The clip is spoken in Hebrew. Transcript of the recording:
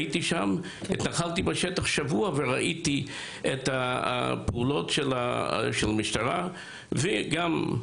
הייתי במשך שבוע שם בשטח וראיתי את הפעולות של המשטרה וגם את